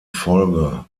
folge